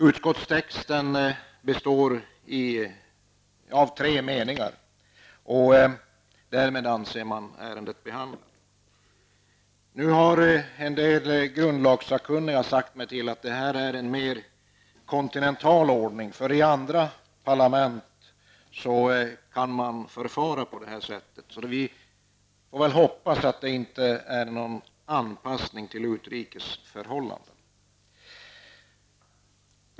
Utskottstexten består av tre meningar, och därmed anser man ärendet vara behandlat. Nu har en del grundlagssakkunniga sagt mig att detta är en mer kontinental ordning. I andra parlament kan man förfara på det här sättet. Vi får väl hoppas att det inte är någon anpassning till utrikes förhållanden.